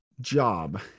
job